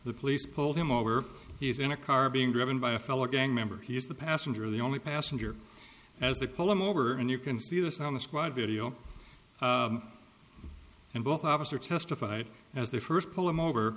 the police pulled him over he's in a car being driven by a fellow gang member he's the passenger the only passenger as they pull him over and you can see this on the squad video and both officer testified as they first pull him over